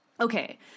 okay